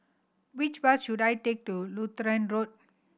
which bus should I take to Lutheran Road